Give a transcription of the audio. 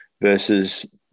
Versus